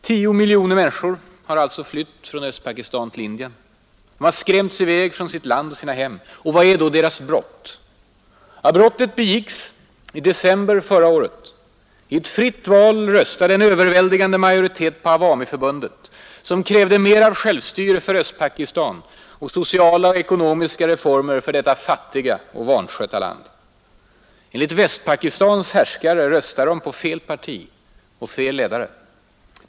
10 miljoner människor har alltså flytt från Östpakistan till Indien. De har skrämts iväg från sitt land och sina hem. Vad är då deras brott? Brottet begicks i december förra året. I ett fritt val röstade en M överväldigande majoritet på Awamiförbundet, som krävde mer av självstyre för Östpakistan och sociala och ekonomiska reformer för detta fattiga och vanskötta land. Enligt Västpakistans härskare röstade de på fel parti och fel ledare.